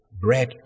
bread